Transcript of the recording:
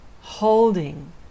holding